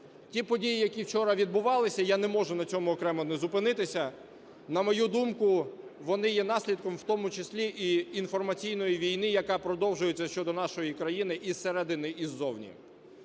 ті події, які вчора відбувалися, я не можу на цьому окремо не зупинитися, на мою думку, вони є наслідком в тому числі і інформаційної війни, яка продовжується щодо нашої країни і зсередини, і ззовні.